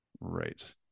Right